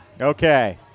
Okay